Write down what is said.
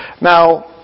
Now